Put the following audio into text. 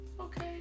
Okay